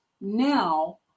Now